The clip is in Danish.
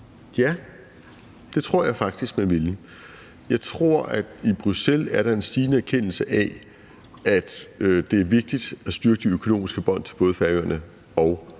Ja, det tror jeg faktisk man ville. Jeg tror, at der i Bruxelles er en stigende erkendelse af, at det er vigtigt at styrke de økonomiske bånd til både Færøerne og Grønland.